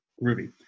Ruby